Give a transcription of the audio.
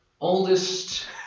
Oldest